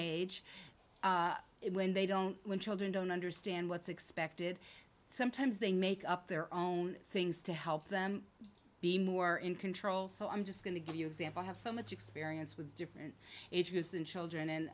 age it when they don't when children don't understand what's expected sometimes they make up their own things to help them be more in control so i'm just going to give you example have so much experience with different age groups and children